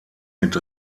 mit